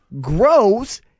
grows